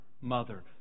mother